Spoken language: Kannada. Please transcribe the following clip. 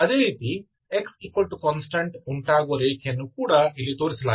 ಅದೇ ರೀತಿ xconst ಉಂಟಾಗುವ ರೇಖೆಯನ್ನೂ ಕೂಡ ಇಲ್ಲಿ ತೋರಿಸಲಾಗಿದೆ